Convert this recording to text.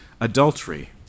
adultery